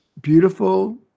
beautiful